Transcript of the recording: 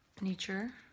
nature